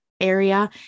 area